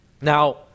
Now